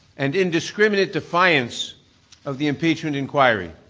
and indiscriminate defiance of the impeachment inquiry.